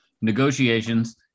negotiations